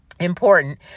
important